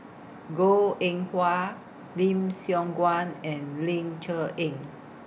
Goh Eng Wah Lim Siong Guan and Ling Cher Eng